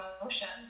emotions